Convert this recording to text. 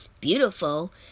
beautiful